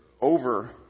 over